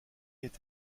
est